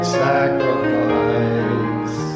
sacrifice